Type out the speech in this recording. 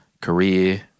career